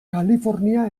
kalifornia